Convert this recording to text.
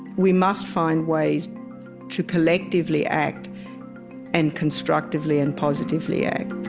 we must find ways to collectively act and constructively and positively act